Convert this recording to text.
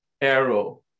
arrow